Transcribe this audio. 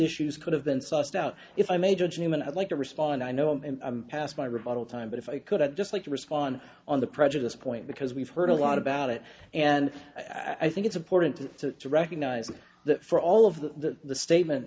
issues could have been sussed out if i may judge newman i'd like to respond i know i'm past my rebuttal time but if i could i'd just like to respond on the prejudice point because we've heard a lot about it and i think it's important to recognize that for all of the statement